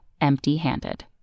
empty-handed